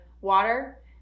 water